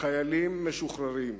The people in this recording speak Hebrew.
לחיילים משוחררים,